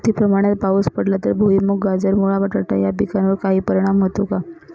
अतिप्रमाणात पाऊस पडला तर भुईमूग, गाजर, मुळा, बटाटा या पिकांवर काही परिणाम होतो का?